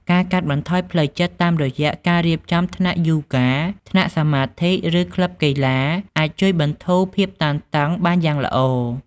ការកាត់បន្ថយផ្លូវចិត្តតាមរយះ ការរៀបចំថ្នាក់យូហ្គា ថ្នាក់សមាធិ ឬក្លឹបកីឡាអាចជួយបន្ធូរភាពតានតឹងបានយ៉ាងល្អ។